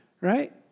right